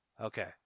Okay